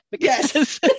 Yes